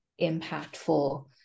impactful